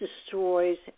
destroys